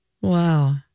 Wow